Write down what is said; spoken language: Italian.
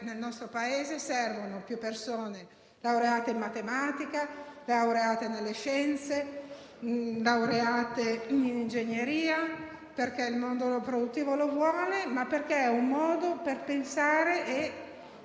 Nel nostro Paese, infatti, servono più persone laureate in matematica, laureate in scienze, laureate in ingegneria: perché il mondo produttivo lo vuole, ma anche perché è un modo per pensare e